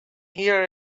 here